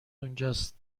اونجاست